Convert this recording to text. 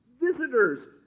visitors